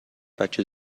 بچه